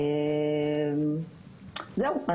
זהו,